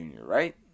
Right